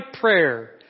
prayer